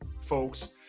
folks